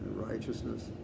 righteousness